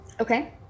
Okay